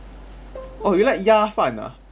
oh you like 鸭饭 ah